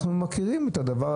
אנחנו מכירים את הדבר הזה,